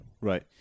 Right